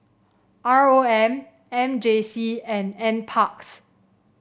R O M M J C and NParks